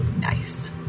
Nice